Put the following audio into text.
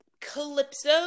Calypso